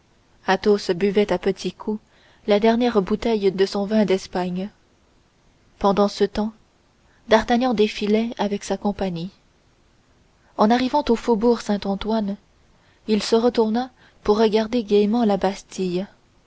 mystérieuse athos buvait à petits coups la dernière bouteille de son vin d'espagne pendant ce temps d'artagnan défilait avec sa compagnie en arrivant au faubourg saint-antoine il se retourna pour regarder gaiement la bastille